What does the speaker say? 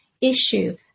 issue